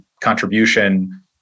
contribution